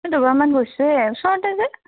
এই দুবাৰমান গৈছেয়ে ওচৰতে যে